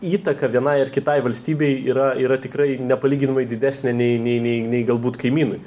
įtaką vienai ar kitai valstybei yra yra tikrai nepalyginamai didesnė nei nei nei nei galbūt kaimynui